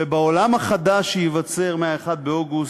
ובעולם החדש, שייווצר מ-1 באוגוסט,